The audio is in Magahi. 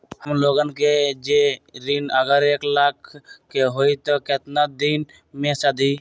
हमन लोगन के जे ऋन अगर एक लाख के होई त केतना दिन मे सधी?